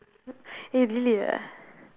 really ah